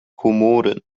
komoren